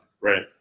Right